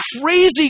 crazy